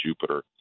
Jupiter